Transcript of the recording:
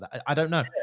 i don't know.